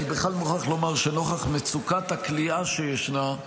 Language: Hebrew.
אני בכלל מוכרח לומר שנוכח מצוקת הכליאה שישנה,